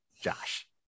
Josh